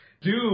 dude